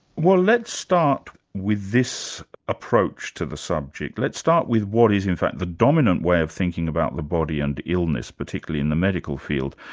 well let's start with this approach to the subject, let's start with what is in fact the dominant way of thinking about the body and the illness, particularly in the medical field.